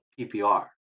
PPR